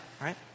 right